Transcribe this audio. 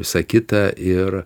visa kita ir